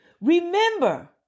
Remember